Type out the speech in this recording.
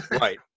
Right